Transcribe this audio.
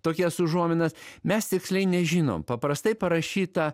tokias užuominas mes tiksliai nežinom paprastai parašyta